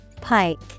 Pike